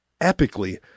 epically